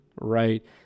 right